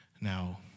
Now